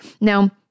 Now